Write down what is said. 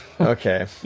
Okay